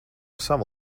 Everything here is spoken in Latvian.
sava